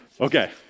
Okay